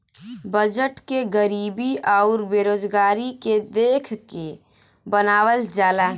budget के गरीबी आउर बेरोजगारी के देख के बनावल जाला